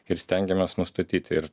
ir stengiamės nustatyt ir